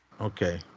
Okay